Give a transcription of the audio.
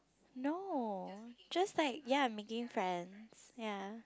no just like ya I'm making friends ya